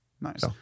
Nice